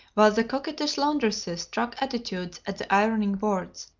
while the coquettish laundresses struck attitudes at the ironing boards,